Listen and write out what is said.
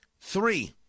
Three